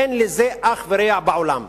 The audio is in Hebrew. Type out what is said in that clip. אין לזה אח ורע בעולם,